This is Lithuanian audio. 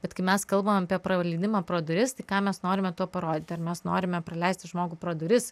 bet kai mes kalbam apie praleidimą pro duris tai ką mes norime tuo parodyti ar mes norime praleisti žmogų pro duris